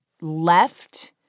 left